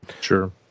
Sure